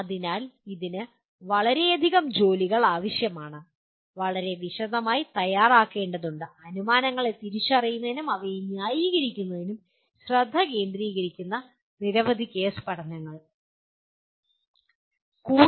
എന്നാൽ ഇതിന് വളരെയധികം ജോലികൾ ആവശ്യമാണ് അനുമാനങ്ങളെ തിരിച്ചറിയുന്നതിനും അവയെ ന്യായീകരിക്കുന്നതിനും ശ്രദ്ധ കേന്ദ്രീകരിക്കുന്ന നിരവധി കേസ് പഠനങ്ങൾ വളരെ വിശദമായി തയ്യാറാക്കേണ്ടതുണ്ട്